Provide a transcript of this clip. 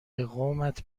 قومت